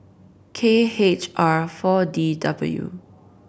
K H R Four D W